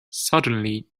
suddenly